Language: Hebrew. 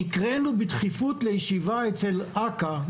נקראנו בדחיפות לישיבה אצל אכ"א.